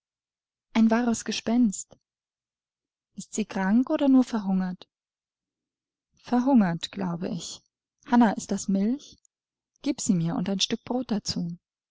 ein wahres gespenst ist sie krank oder nur verhungert verhungert glaube ich hannah ist das milch gieb sie mir und ein stück brot dazu